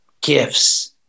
gifts